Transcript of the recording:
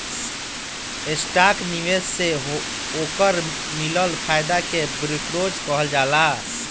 stock निवेश से ओकर मिलल फायदा के ब्रोकरेज कहल जाला